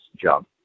jump